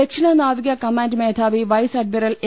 ദക്ഷിണ നാവിക കമാന്റ് മേധാവി വൈസ് അഡ്മിറൽ എ